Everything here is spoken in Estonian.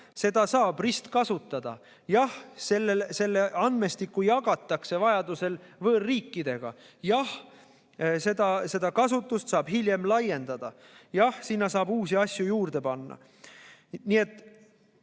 seda saab ristkasutada. Jah, seda andmestikku jagatakse vajaduse korral võõrriikidega. Jah, seda kasutust saab hiljem laiendada. Jah, sinna saab uusi asju juurde panna.